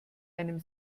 einem